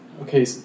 okay